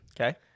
Okay